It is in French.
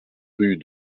rue